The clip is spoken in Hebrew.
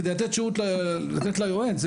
כדי לתת ליועץ,